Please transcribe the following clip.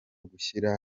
gushyira